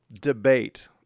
debate